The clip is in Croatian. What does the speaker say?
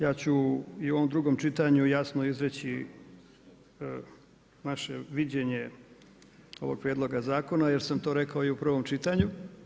Ja ću i u ovom drugo čitanju, jasno izreći naše viđenje ovog prijedloga zakona, jer sam to rekao i u prvom čitanju.